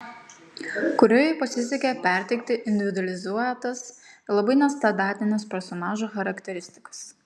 kūrėjui pasisekė perteikti individualizuotas ir labai nestandartines personažų charakteristikas